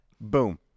Boom